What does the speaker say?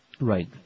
Right